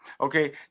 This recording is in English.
Okay